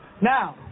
Now